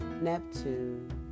Neptune